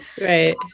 Right